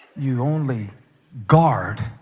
you only guard